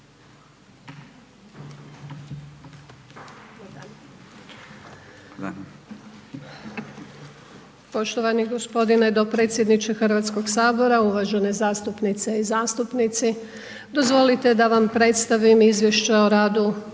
Poštovani gospodine dopredsjedniče Hrvatskog sabora, uvažene zastupnice i zastupnici. Dozvolite da vam predstavim Izvješće o radu institucije